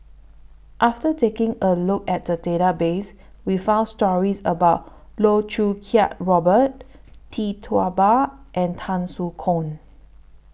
after taking A Look At The Database We found stories about Loh Choo Kiat Robert Tee Tua Ba and Tan Soo Khoon